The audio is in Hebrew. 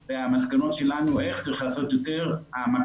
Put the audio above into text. והמסקנות שלנו איך צריך לעשות יותר העמקה